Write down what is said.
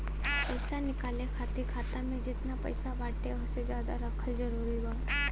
पईसा निकाले खातिर खाता मे जेतना पईसा बाटे ओसे ज्यादा रखल जरूरी बा?